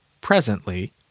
presently